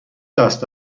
دست